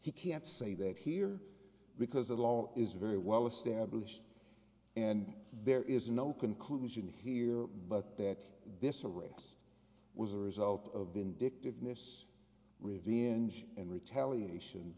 he can't say that here because the law is very well established and there is no conclusion here but that this arrest was a result of vindictiveness riviere and retaliation